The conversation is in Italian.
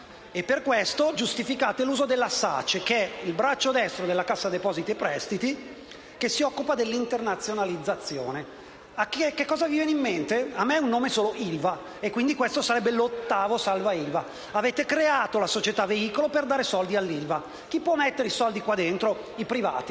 Per questo motivo, giustificate l'uso della SACE, che è il braccio destro della Cassa depositi e prestiti e si occupa dell'internazionalizzazione. Che cosa vi viene in mente? A ma un nome solo: ILVA. Quindi, questo sarebbe l'ottavo decreto salva ILVA. Avete creato la società veicolo per dare soldi all'ILVA. Chi può mettere i soldi qui dentro? I privati.